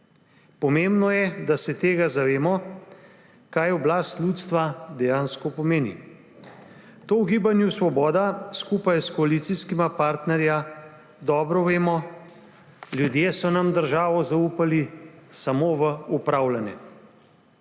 Pomembno je, da se zavemo tega, kaj oblast ljudstva dejansko pomeni. To v Gibanju Svoboda skupaj s koalicijskima partnerjema dobro vemo, ljudje so nam državo zaupali samo v upravljanje.